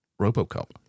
RoboCop